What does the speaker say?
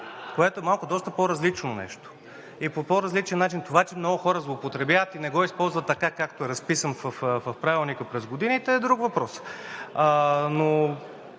което е малко доста по различно нещо и по по различен начин. Това, че много хора злоупотребяват и не го използват така, както е разписан в Правилника през годините, е друг въпрос.